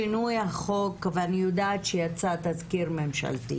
שינוי החוק, ואני יודעת שיצא תזכיר ממשלתי